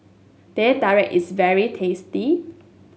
Teh Tarik is very tasty